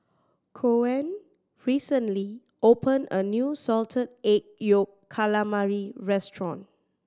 Coen recently opened a new Salted Egg Yolk Calamari restaurant